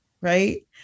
right